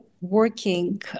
working